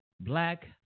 Black